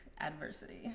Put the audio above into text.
adversity